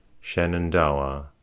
Shenandoah